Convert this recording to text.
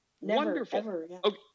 Wonderful